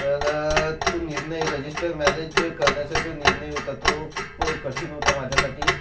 तर तो निर्णय रजिस्टर मॅरेज करण्याचा जो निर्णय होता तो खूप कठीण होता माझ्यासाठी